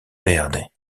verde